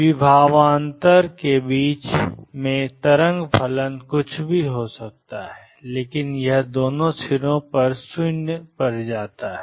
विभवांतर के बीच में तरंग फलन कुछ भी हो सकता है लेकिन यह दोनों सिरों पर 0 पर जाता है